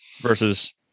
versus